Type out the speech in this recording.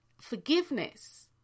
forgiveness